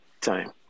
time